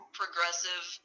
progressive